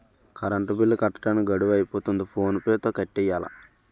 current bill కట్టడానికి గడువు అయిపోతంది ఫోన్ పే తో కట్టియ్యాల